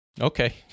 Okay